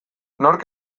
nork